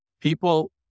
people